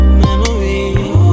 memories